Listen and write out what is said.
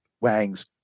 wangs